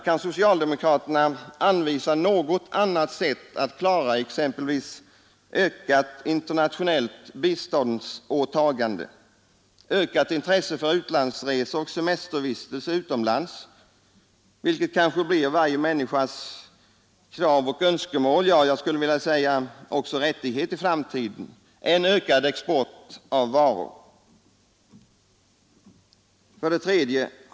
Kan socialdemokraterna anvisa något annat sätt att klara exempelvis ökat internationellt biståndsåtagande, ökat intresse för utlandsresor och semestervistelse utomlands, vilket kanske blir varje människas krav och önskemål, ja, jag skulle också vilja säga rättighet, i framtiden, än ökad export av varor? 3.